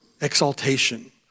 exaltation